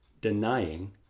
denying